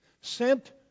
sent